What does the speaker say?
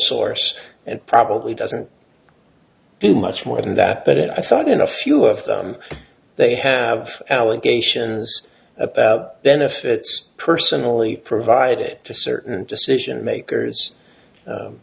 source and probably doesn't to much more than that but it i thought in a few of them they have allegations about benefits personally provided to certain decision makers